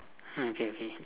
mm okay okay